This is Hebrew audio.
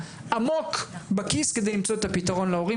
עמוק לכיס כדי למצוא את הפתרון להורים,